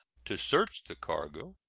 to search the cargo,